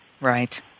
Right